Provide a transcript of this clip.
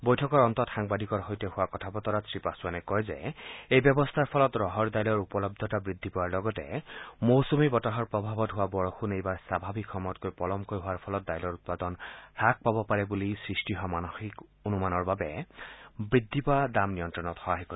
বৈঠকৰ অন্তত সাংবাদিকৰ সৈতে হোৱা কথা বতৰাত শ্ৰীপাছোৱানে কয় এই ব্যৱস্থাৰ ফলত ৰহৰ ডাইলৰ উপলভ্যতা বৃদ্ধি পোৱাৰ লগতে মৌচুমী বতাহৰ প্ৰভাৱত হোৱা বৰষুণ এইবাৰ স্বাভাৱিক সময়তকৈ পলমকৈ হোৱাৰ ফলত ডাইলৰ উৎপাদন কম হ'ব পাৰে বুলি সৃষ্টি হোৱা মানসিক অনুমানৰ বাবে বৃদ্ধি পোৱা ডাইলৰ দাম নিয়ন্ত্ৰণত সহায় কৰিব